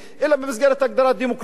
אלא במסגרת ההגדרה "דמוקרטית".